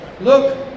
look